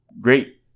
great